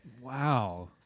Wow